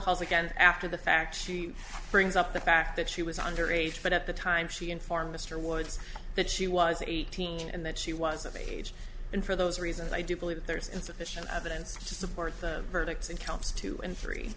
calls again after the fact she brings up the fact that she was under age but at the time she informed mr woods that she was eighteen and that she was of age and for those reasons i do believe that there is insufficient evidence to support the verdicts in counts two and three